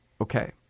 Okay